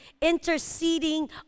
interceding